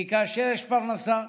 כי כאשר יש פרנסה,